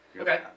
Okay